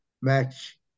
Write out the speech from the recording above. match